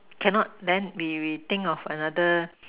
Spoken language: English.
cannot then we we think of another